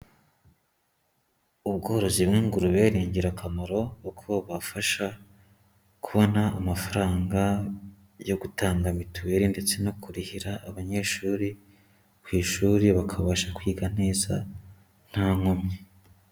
Ubworozi bw'ingurube ni ingirakamaro kuko bubafasha kubona amafaranga yo gutanga mituweli ndetse no kurihira abanyeshuri ku ishuri bakabasha kwiga neza nta nkomyi.